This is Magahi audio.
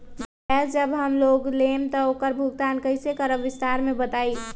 गैस जब हम लोग लेम त उकर भुगतान कइसे करम विस्तार मे बताई?